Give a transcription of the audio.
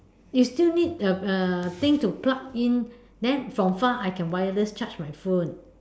is still need uh uh thing to plug in then from far I can wireless charge my phone